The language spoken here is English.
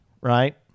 right